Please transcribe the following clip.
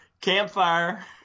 campfire